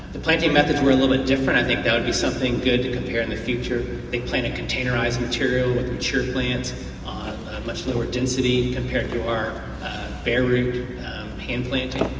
the planting methods were a little bit different, i think that would be something good to compare in the future. they plant a containerized material with mature plants, ah a much lower density compared to our bare root hand planting.